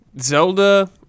Zelda